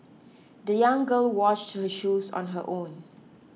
the young girl washed her shoes on her own